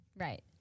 Right